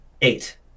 Eight